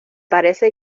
parece